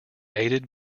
aided